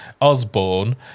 osborne